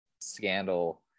scandal